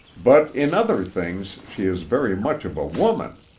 but in other things she is very much of a woman,